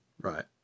Right